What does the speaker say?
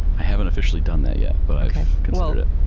i haven't officially done that yet, but i've considered it.